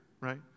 right